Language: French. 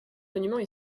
monuments